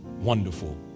wonderful